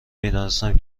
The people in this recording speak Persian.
میدانستم